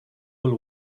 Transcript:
will